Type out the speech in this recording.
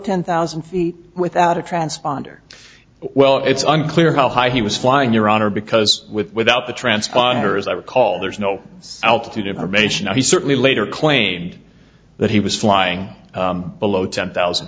ten thousand feet without a transponder well it's unclear how high he was flying your honor because without the transponder as i recall there's no altitude information and he certainly later claimed that he was flying below ten thousand